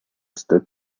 stood